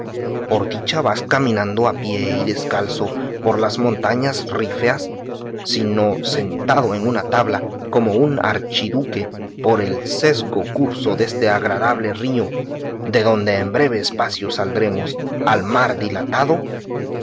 por dicha vas caminando a pie y descalzo por las montañas rifeas sino sentado en una tabla como un archiduque por el sesgo curso deste agradable río de donde en breve espacio saldremos al mar dilatado